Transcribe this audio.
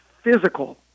physical